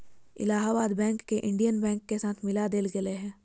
Allahabad bank के Indian bank के साथ मिला देल गेले